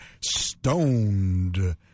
Stoned